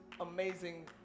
amazing